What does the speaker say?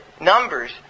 Numbers